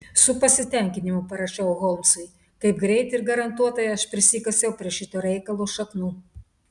su pasitenkinimu parašiau holmsui kaip greit ir garantuotai aš prisikasiau prie šito reikalo šaknų